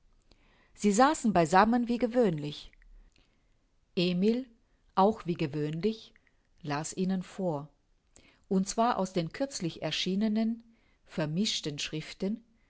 sie saßen beisammen wie gewöhnlich emil auch wie gewöhnlich las ihnen vor und zwar aus den kürzlich erschienenen vermischten schriften